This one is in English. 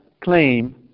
claim